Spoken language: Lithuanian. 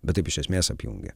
bet taip iš esmės apjungia